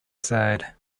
side